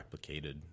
replicated